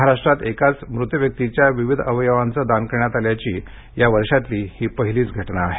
महाराष्ट्रात एकाच मृत व्यक्तीच्या विविध अवयवांचं दान करण्यात आल्याची या वर्षातली ही पहिलीच घटना आहे